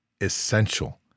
essential